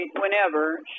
whenever